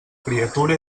criatura